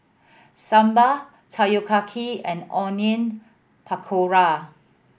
Sambar Takoyaki and Onion Pakora